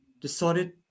decided